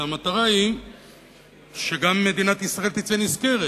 והמטרה היא שגם מדינת ישראל תצא נשכרת,